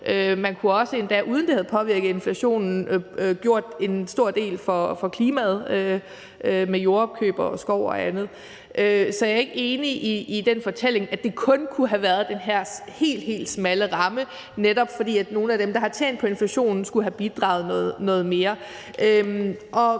Man kunne endda også, uden at det havde påvirket inflationen, have gjort en stor del for klimaet med jordopkøb og skov og andet. Så jeg er ikke enig i den fortælling, at det kun kunne have været den her helt, helt smalle ramme, netop fordi nogle af dem, der har tjent på inflationen, skulle have bidraget noget mere. Og